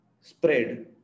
spread